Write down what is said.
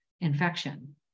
infection